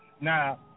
Now